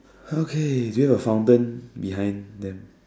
okay do you have fountain behind them